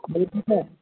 বলছি স্যার